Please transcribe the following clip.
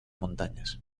montañas